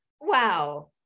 Wow